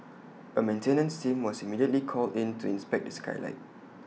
A maintenance team was immediately called in to inspect the skylight